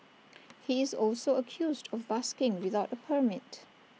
he is also accused of busking without A permit